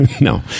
No